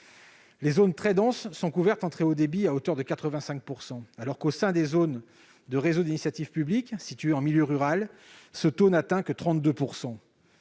Les zones très denses sont couvertes en très haut débit à hauteur de 85 %, alors qu'au sein des zones de réseaux d'initiative publique, situées en milieu rural, ce taux n'atteint que 32 %.